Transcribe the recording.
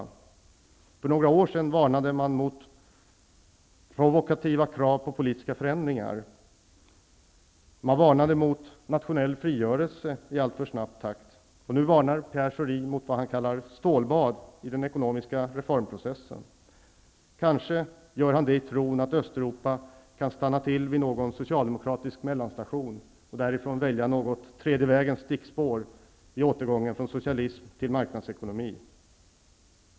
För några år sedan varnade man för provokativa krav på politiska förändringar och för nationell frigörelse i alltför snabb takt, och nu varnar Pierre Schori för vad han kallar stålbad i den ekonomiska reformprocessen. Kanske gör han det i tron att Östeuropa kan stanna till vid någon socialdemokratisk mellanstation och därifrån välja ett tredje vägens stickspår vid återgången från socialism till marknadsekonomi.